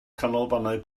canolfannau